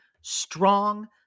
strong